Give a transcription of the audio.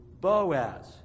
Boaz